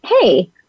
Hey